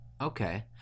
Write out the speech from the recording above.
Okay